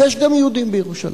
יש גם יהודים בירושלים.